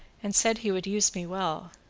and said he would use me well.